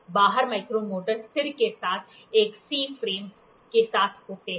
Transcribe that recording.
बाहर माइक्रोमीटर स्थिर के साथ एक सी फ्रेम के साथ होते हैं